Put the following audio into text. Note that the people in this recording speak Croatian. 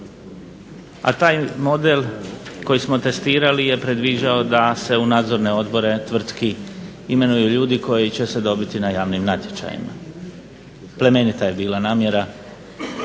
a taj model koji smo testirali je predviđao da se u nadzorne odbore tvrtki imenuju ljudi koji će se dobiti na javnim natječajima. Plemenita je bila namjera.